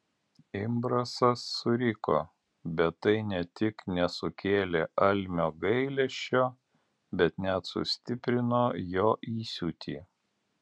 imbrasas suriko bet tai ne tik nesukėlė almio gailesčio bet net sustiprino jo įsiūtį